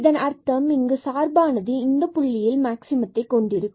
இதன் அர்த்தம் இங்கு இந்த சார்பானது இந்த புள்ளியில் மாக்சிமத்தை கொண்டிருக்கும்